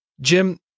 Jim